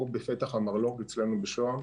או בפתח המרלו"ג אצלנו בשוהם.